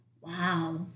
Wow